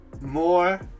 more